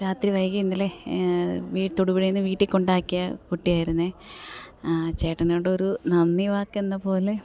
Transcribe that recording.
രാത്രി വൈകി ഇന്നലെ തൊടുപുഴെന്ന് വീട്ടിൽ കൊണ്ടാക്കിയ കുട്ടിയായിരുന്നു ചേട്ടനോടൊരു നന്ദി വാക്കെന്ന പോലെ